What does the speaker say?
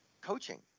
coaching